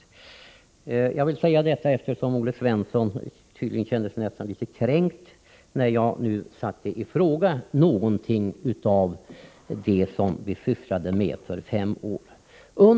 Jag har velat säga detta eftersom Olle Svensson tydligen närmast kände sig litet kränkt när jag något satte i fråga en del av det som vi kom fram till för fem år sedan.